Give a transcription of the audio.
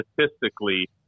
statistically